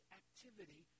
activity